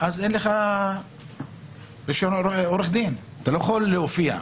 אין לך רישיון עורך דין, אתה לא יכול להופיע.